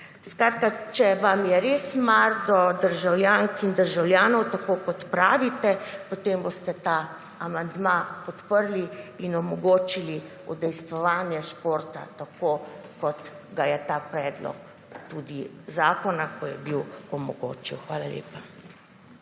Skratka, če vam je res mar do državljank in državljanov tako kot pravite, potem boste ta amandma podprli in omogočili udejstvovanje športa tako kot ga je ta predlog zakona, ko je bil omogočil. Hvala lepa.